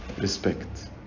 respect